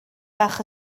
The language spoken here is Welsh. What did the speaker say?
bach